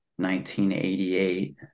1988